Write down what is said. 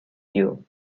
you